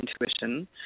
intuition